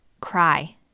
cry